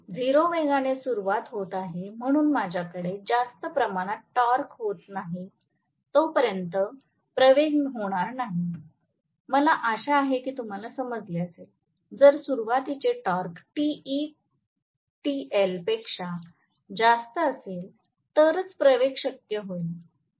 0 वेगाने सुरवात होत आहे म्हणून माझ्याकडे जास्त प्रमाणात टॉर्क होत नाही तोपर्यंत प्रवेग होणार नाही मला आशा आहे की तुम्हाला समजले असेल जर सुरवातीचे टॉर्क Te TL पेक्षा जास्त असेल तरच प्रवेग शक्य होईल